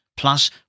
plus